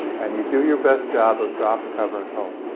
and you do your best job of drop, cover, and hold.